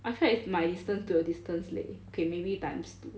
I feel like it's my distance to your distance leh okay maybe times two